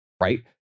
right